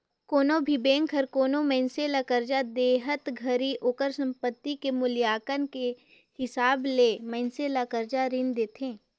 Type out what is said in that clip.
कोनो भी बेंक हर कोनो मइनसे ल करजा देहत घरी ओकर संपति के मूल्यांकन के हिसाब ले मइनसे ल करजा रीन देथे